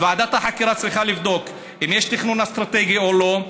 ועדת החקירה צריכה לבדוק אם יש תכנון אסטרטגי או לא,